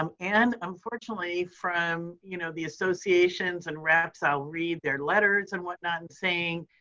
um and unfortunately from you know the associations and reps, i'll read their letters and whatnot and saying,